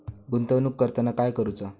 गुंतवणूक करताना काय करुचा?